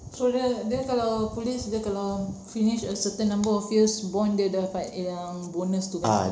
so dia dia kalau police dia kalau finish a certain number of years bond dia dapat yang bonus itu kan